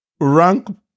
Rank